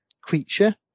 creature